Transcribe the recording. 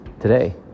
today